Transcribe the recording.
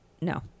No